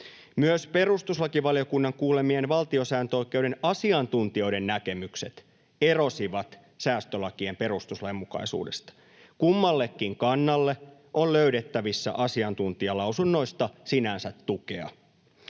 Myös perustuslakivaliokunnan kuulemien valtiosääntöoikeuden asiantuntijoiden näkemykset erosivat säästölakien perustuslainmukaisuudesta. Kummallekin kannalle on löydettävissä asiantuntijalausunnoista sinänsä tukea.